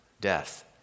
death